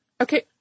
okay